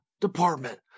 department